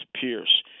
Pierce